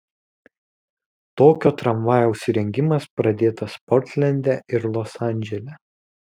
tokio tramvajaus įrengimas pradėtas portlende ir los andžele